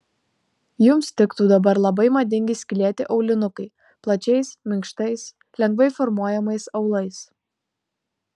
jums tiktų dabar labai madingi skylėti aulinukai plačiais minkštais lengvai formuojamais aulais